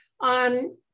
on